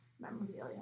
memorabilia